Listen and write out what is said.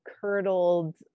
curdled